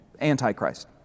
antichrist